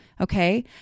Okay